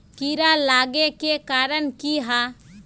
कीड़ा लागे के कारण की हाँ?